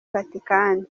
vatican